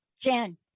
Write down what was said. Jen